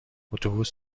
اتوبوس